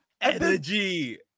energy